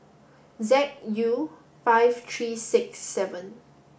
Z U five three six seven